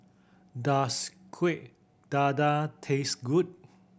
does Kuih Dadar taste good